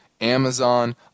Amazon